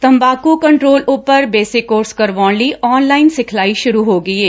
ਤੰਬਾਕੁ control ਉਪਰ basic course ਕਰਵਾਉਣ ਲਈ ਆਨਲਾਇਨ ਸਿਖਲਾਈ ਸੁਰੁ ਹੋ ਗਈ ਏ